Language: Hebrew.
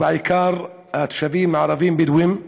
ובעיקר התושבים הערבים הבדואים,